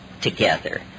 together